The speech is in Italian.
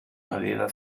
aveva